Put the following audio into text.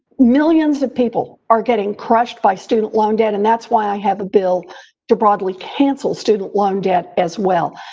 millions of people are getting crushed by student loan debt and that's why i have a bill to broadly cancel student loan debt as well.